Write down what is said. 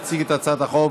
יציג את הצעת החוק